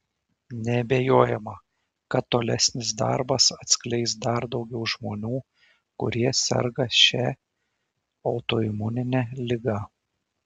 neabejojama kad tolesnis darbas atskleis dar daugiau žmonių kurie serga šia autoimunine liga